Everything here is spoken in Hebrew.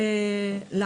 הכול קיים.